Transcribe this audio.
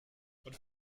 but